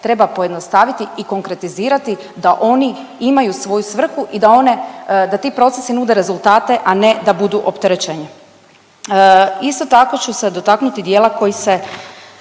treba pojednostaviti i konkretizirati da oni imaju svoju svrhu i da one, da ti procesi nude rezultate, a ne da budu opterećenje? Isto tako ću se dotaknuti dijela koji se